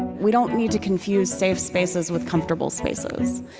we don't need to confuse safe spaces with comfortable spaces.